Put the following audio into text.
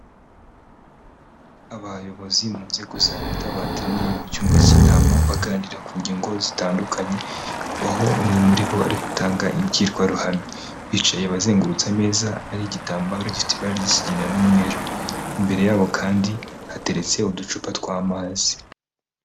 Abayobozi mu nzego za Leta bateraniye mu cyumba cy'inama, baganira ku ngingo zitandukanye, aho umwe muri bo ari gutanga imbwirwaruhame. Bicaye bazengurutse ameza ariho igitambaro gifite ibara ry'ikigina n'umweru, imbere yabo kandi hateretse uducupa tw'amazi.